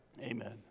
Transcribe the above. Amen